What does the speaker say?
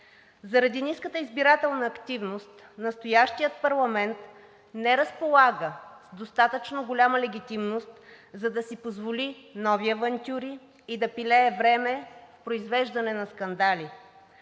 Заради ниската избирателна активност настоящият парламент не разполага с достатъчно голяма легитимност, за да си позволи нови авантюри и да пилее време в произвеждане на скандали.